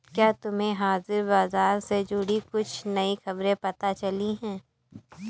क्या तुम्हें हाजिर बाजार से जुड़ी कुछ नई खबरें पता लगी हैं?